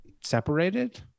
separated